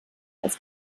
als